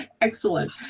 Excellent